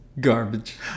garbage